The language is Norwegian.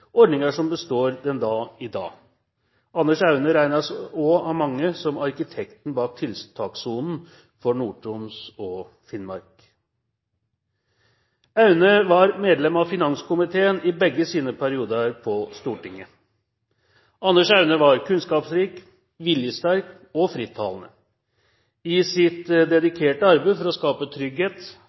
ordninger som består den dag i dag. Anders Aune regnes også av mange som arkitekten bak tiltakssonen for Nord-Troms og Finnmark. Aune var medlem av finanskomiteen i begge sine perioder på Stortinget. Anders Aune var kunnskapsrik, viljesterk og frittalende. I sitt dedikerte arbeid for å skape trygghet,